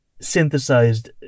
synthesized